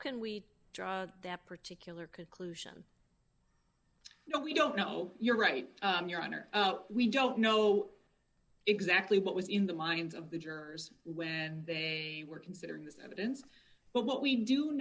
can we draw that particular conclusion you know we don't know you're right your honor we don't know exactly what was in the minds of the jurors when they were considering this evidence but what we do